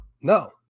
no